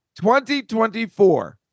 2024